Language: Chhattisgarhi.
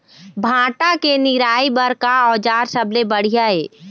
भांटा के निराई बर का औजार सबले बढ़िया ये?